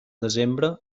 desembre